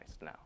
now